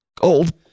old